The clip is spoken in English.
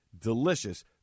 delicious